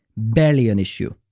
barely an issue.